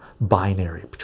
binary